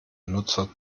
nutzer